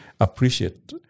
appreciate